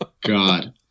God